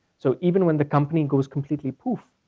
so even when the company goes completely poof,